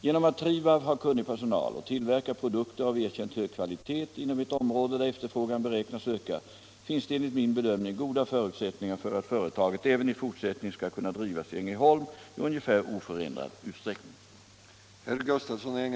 Genom att Trivab har kunnig personal och tillverkar produkter av erkänt hög kvalitet inom ett område där efterfrågan beräknas öka, finns det enligt min bedömning goda förutsättningar för att företaget även i fortsättningen skall kunna drivas i Ängelholm i ungefär oförändrad utsträckning.